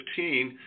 2015